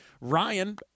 Ryan